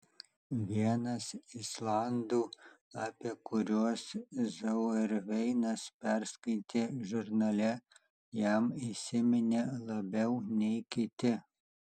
vienas islandų apie kuriuos zauerveinas perskaitė žurnale jam įsiminė labiau nei kiti